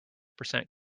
percent